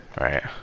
Right